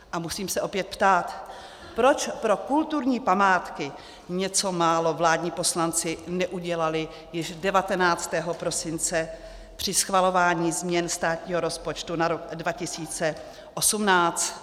A musím se opět ptát, proč pro kulturní památky něco málo vládní poslanci neudělali již 19. prosince při schvalování změn státního rozpočtu na rok 2018.